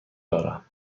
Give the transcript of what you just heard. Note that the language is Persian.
دارم